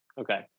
Okay